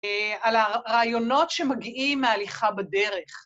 על הרעיונות שמגיעים מההליכה בדרך.